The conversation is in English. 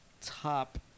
top